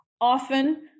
often